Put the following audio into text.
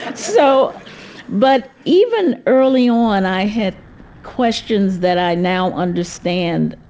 so but even early on i had questions that i now understand